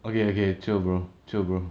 okay okay chill bro chill bro